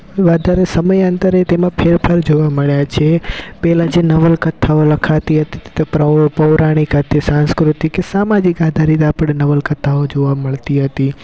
આધારે સમયાંતરે તેમાં ફેરફાર જોવા મળ્યા છે પહેલાં જે નવલકથાઓ લખાતી હતી તો તો કે તે પૌરાણિક હતી સાંસ્કૃતિક કે સામાજિક આધારિત આપણે નવલકથાઓ જોવા મળતી હતી